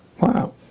Wow